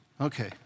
Okay